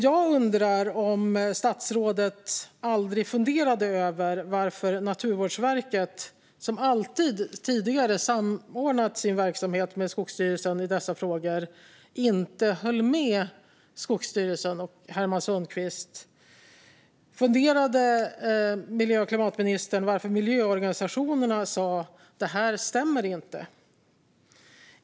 Jag undrar om statsrådet aldrig funderade över varför Naturvårdsverket, som tidigare alltid samordnat sin verksamhet med Skogsstyrelsen i dessa frågor, inte höll med Skogsstyrelsen och Herman Sundqvist. Funderade miljö och klimatministern över varför miljöorganisationerna sa: Det här stämmer inte?